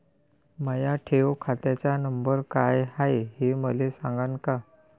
माया ठेव खात्याचा नंबर काय हाय हे मले सांगान का?